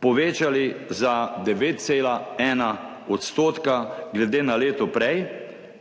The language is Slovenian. povečali za 9,1 % glede na leto prej,